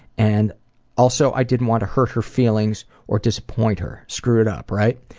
and also i didn't want to hurt her feelings or disappoint her, screw it up, right?